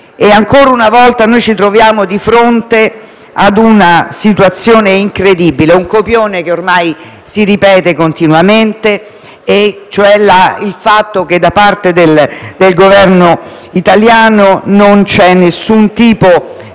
Ancora una volta ci troviamo di fronte a una situazione incredibile, un copione che ormai si ripete continuamente. Mi riferisco al fatto che, da parte del Governo italiano, non c'è alcun tipo non